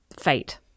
fate